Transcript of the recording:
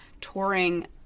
touring